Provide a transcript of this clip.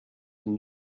can